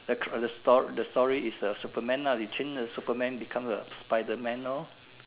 the ka~ the sto~ the story is the Superman ah we change the Superman become the spiderman lor